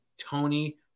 Tony